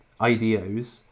IDOs